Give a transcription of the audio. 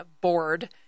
Board